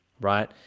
right